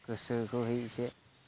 गोसोखोहै एसे